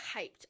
hyped